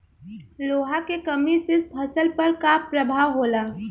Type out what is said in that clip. लोहा के कमी से फसल पर का प्रभाव होला?